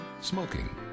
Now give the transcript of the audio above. Smoking